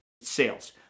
sales